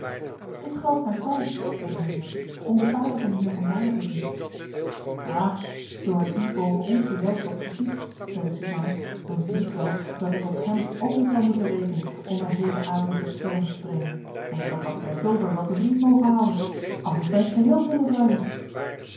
ik geloof naar stal zeide henriëtte om de paarden van den heer van baalen te zien aha zoo hij die boven ons gezelschap verkiest zeide suzanna dan zie ik wel dat ik op hem ook niet zal moeten rekenen om mij hedenavond ter kermis te brengen en ik zal kapitein pulver wel te vriend mogen houden anders ben ik geheel zonder vrijer